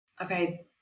Okay